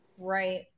Right